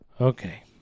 Okay